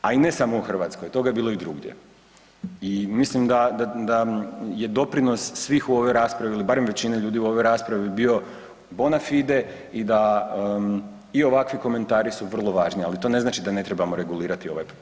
A i ne samo u Hrvatskoj, toga je bilo i drugdje, i mislim da je doprinos svih u ovoj raspravi ili barem većine ljudi u ovoj raspravio bio bona fide i da i ovakvi komentaru su vrlo važni, ali to ne znači da ne trebalo regulirati ovaj fenomen.